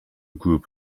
group